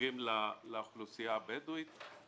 שנוגעים לאוכלוסייה הבדואית.